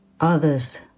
others